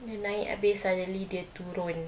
dia naik habis suddenly dia turun